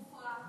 מופרט.